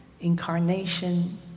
incarnation